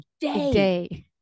day